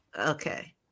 Okay